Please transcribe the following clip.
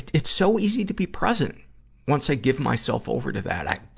it's so easy to be present once i give myself over to that. i,